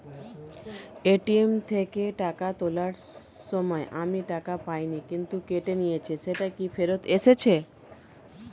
ATM থেকে টাকা তোলার সময় আমি টাকা পাইনি কিন্তু কেটে নিয়েছে সেটা কি ফেরত এসেছে?